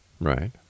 Right